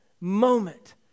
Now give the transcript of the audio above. moment